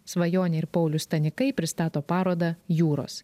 svajonė ir paulius stanikai pristato parodą jūros